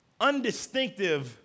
undistinctive